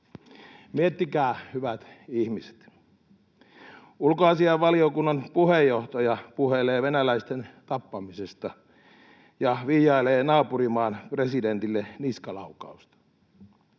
Miettikää, hyvät ihmiset. Ulkoasiainvaliokunnan puheenjohtaja puhelee venäläisten tappamisesta ja vihjailee naapurimaan presidentille niskalaukausta.